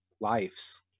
lives